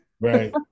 Right